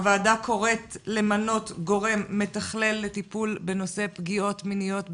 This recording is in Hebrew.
הוועדה קוראת למנות גורם מתחלל לטיפול בנושא פגיעות מיניות בילדים.